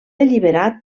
alliberat